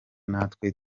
natwe